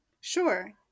Sure